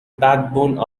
backbone